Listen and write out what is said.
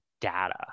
data